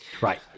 Right